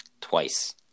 twice